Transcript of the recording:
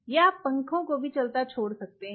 या आप पंखे को भी चलता छोड़ सकते हैं